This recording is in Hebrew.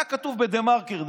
היה כתוב בדה-מרקר,